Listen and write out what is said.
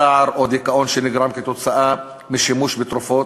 צער או דיכאון שהם תוצאה של שימוש בתרופות,